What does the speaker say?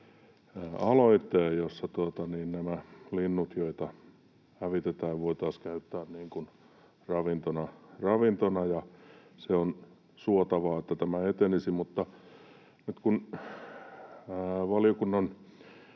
jossa nämä linnut, joita hävitetään, voitaisiin käyttää ravintona. On suotavaa, että tämä etenisi.